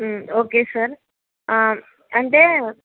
okay sir అంటే